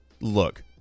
look